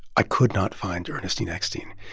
i could not find ernestine eckstein,